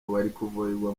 kuvurirwa